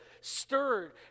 stirred